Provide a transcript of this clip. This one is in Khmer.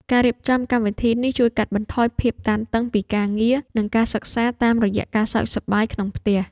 ការរៀបចំកម្មវិធីនេះជួយកាត់បន្ថយភាពតានតឹងពីការងារ និងការសិក្សា តាមរយៈការសើចសប្បាយក្នុងផ្ទះបាយ។